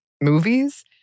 movies